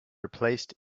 replaced